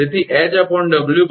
તેથી 𝐻𝑊 𝑐